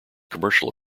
commercial